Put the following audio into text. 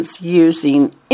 using